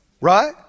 right